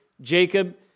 Jacob